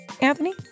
Anthony